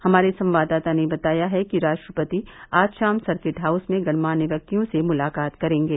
हमारे संवाददाता ने बताया है कि राष्ट्रपति आज शाम सर्किट हाउस में गणमान्य व्यक्तियों से मुलाकात करेंगे